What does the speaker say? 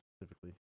specifically